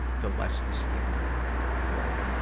the less the stigma will,